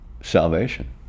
salvation